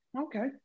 okay